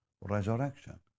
resurrection